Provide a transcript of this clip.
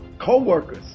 co-workers